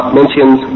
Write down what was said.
mentions